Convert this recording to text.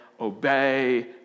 Obey